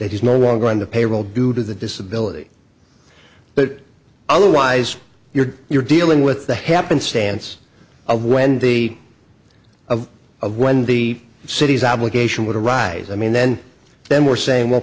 is no longer on the payroll due to the disability but otherwise you're you're dealing with the happenstance of when the of of when the city's obligation would arise i mean then then we're saying well